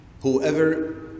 Whoever